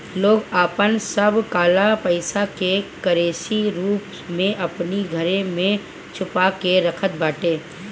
लोग आपन सब काला पईसा के करेंसी रूप में अपनी घरे में छुपा के रखत बाटे